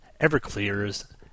Everclear's